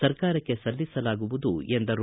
ಸರ್ಕಾರಕ್ಕೆ ಸಲ್ಲಿಸಲಾಗುವುದು ಎಂದರು